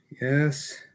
Yes